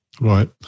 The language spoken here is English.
Right